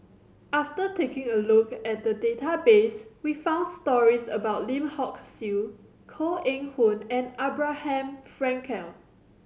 after taking a look at the database we found stories about Lim Hock Siew Koh Eng Hoon and Abraham Frankel